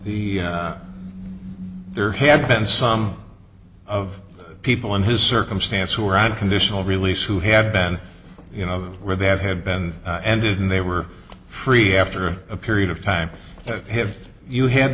e there had been some of the people in his circumstance who were on conditional release who had been you know where that had been ended and they were free after a period of time have you had